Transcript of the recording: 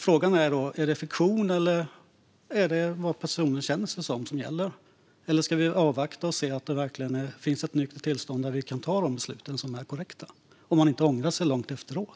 Frågan är: Är detta fiktion, eller är det vad personen känner sig som som ska vara avgörande? Eller ska vi avvakta och se att det verkligen finns ett nyktert tillstånd där man kan ta korrekta beslut, så att man inte ångrar sig efteråt?